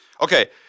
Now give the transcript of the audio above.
Okay